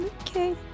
Okay